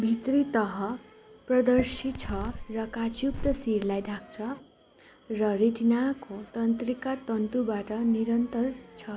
भित्री तह पारदर्शी छ र काँचयुक्त शरीरलाई ढाक्छ र रेटिनाको तन्त्रिका तन्तुबाट निरन्तर छ